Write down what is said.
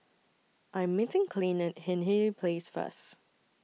I Am meeting Clint At Hindhede Place First